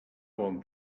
bon